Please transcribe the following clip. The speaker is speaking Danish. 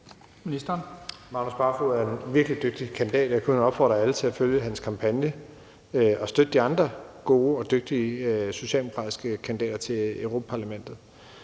Magnus Barsøe er en virkelig dygtig kandidat. Jeg kun opfordre alle til at følge hans kampagne og støtte de andre gode og dygtige socialdemokratiske kandidater til Europa-Parlamentet.